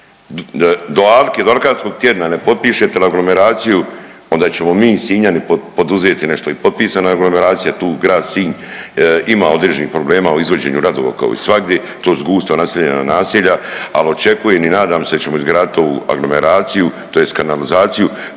do alke, do alkarskog tjedna ne potpišete li aglomeraciju onda ćemo mi Sinjani poduzeti nešto. I potpisana je aglomeracija tu Grad Sinj ima određenih problema u izvođenju radova kao i svagdje, to su gusto naseljena naselja, ali očekujem i nadam se da ćemo izgraditi ovu aglomeraciju tj. kanalizaciju